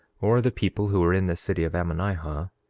or the people who were in the city of ammonihah,